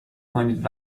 کنید